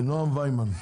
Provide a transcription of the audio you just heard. נועם ויימן.